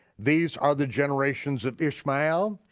these are the generations of ishmael.